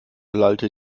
lallte